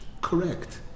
Correct